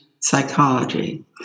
psychology